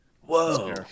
whoa